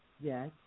Yes